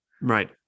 right